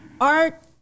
art